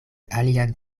alian